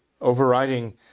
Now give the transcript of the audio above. overriding